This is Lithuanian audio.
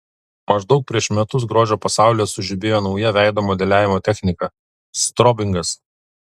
maždaug prieš metus grožio pasaulyje sužibėjo nauja veido modeliavimo technika strobingas